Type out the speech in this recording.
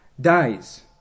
dies